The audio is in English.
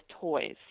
toys